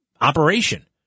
operation